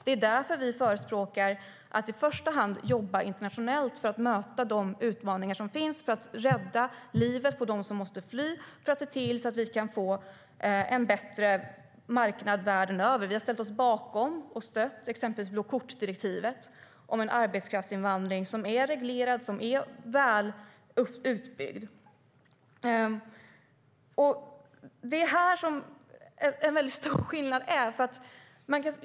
Det är därför vi förespråkar att i första hand jobba internationellt för att möta de utmaningar som finns och rädda livet på dem som måste fly, för att se till att vi kan få en bättre marknad världen över. Vi har ställt oss bakom och stött exempelvis blåkortsdirektivet om en arbetskraftsinvandring som är reglerad, som är väl utbyggd. Det är här det finns en stor skillnad.